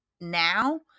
now